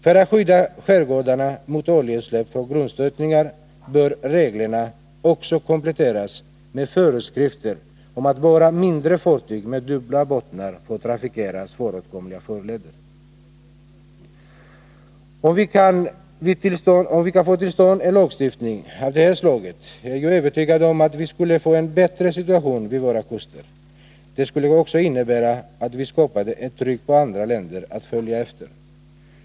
För att skydda skärgårdarna mot oljeutsläpp från grundstötningar bör reglerna också kompletteras med föreskrifter om att bara mindre fartyg med dubbla bottnar får trafikera svårframkomliga farleder. Om vi kan få till stånd en lagstiftning av det här slaget är jag övertygad om att vi skulle få en bättre situation vid våra kuster. Det skulle också innebära att vi skapade ett tryck på andra länder att följa efter.